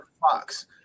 Fox